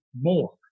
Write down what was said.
more